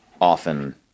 often